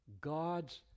God's